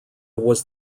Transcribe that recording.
was